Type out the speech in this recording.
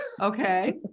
Okay